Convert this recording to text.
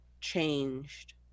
changed